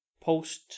post